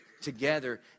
together